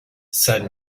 said